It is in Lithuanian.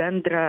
bendrą